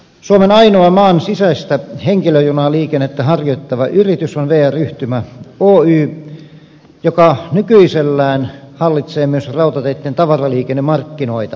suomen ainoa maan sisäistä henkilöjunaliikennettä harjoittava yritys on vr yhtymä oy joka nykyisellään hallitsee myös rautateitten tavaraliikennemarkkinoita